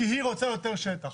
כי היא רוצה יותר שטח.